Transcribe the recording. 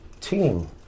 team